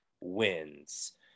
wins